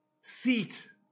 seat